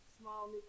small